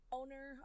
owner